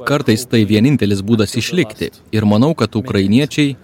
kartais tai vienintelis būdas išlikti ir manau kad ukrainiečiai